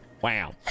Wow